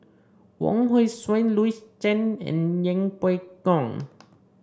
Wong Hong Suen Louis Chen and Yeng Pway Ngon